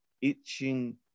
itching